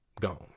Gone